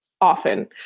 often